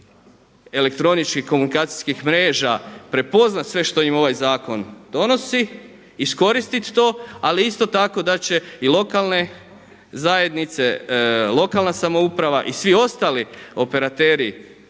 elektroničkih komunikacijskih mreža prepoznati sve što im ovaj zakon donosi, iskoristiti to, ali isto tako da će i lokalne zajednice, lokalna samouprava i svi ostali operateri,